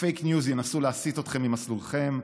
הפייק ניוז ינסו להסיט אתכם ממסלולכם,